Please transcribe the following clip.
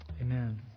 Amen